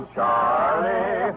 Charlie